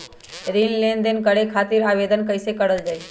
ऋण लेनदेन करे खातीर आवेदन कइसे करल जाई?